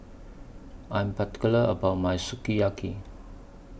I Am particular about My Sukiyaki